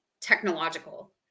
technological